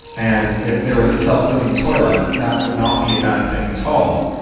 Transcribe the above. and if there was a self-cleaning toilet that would not be a bad thing at all.